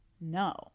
no